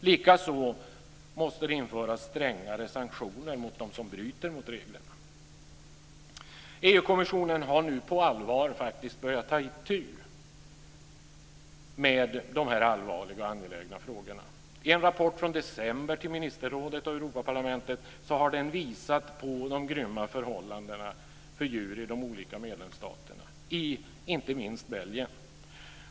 Likaså måste det införas strängare sanktioner mot dem som bryter mot reglerna. EU:s kommission har nu på allvar faktiskt börjat ta itu med dessa allvarliga och angelägna frågorna. I en rapport från december till ministerrådet och Europaparlamentet har den visat på de grymma förhållandena för djur i de olika medlemsstaterna, inte minst i Belgien.